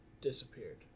disappeared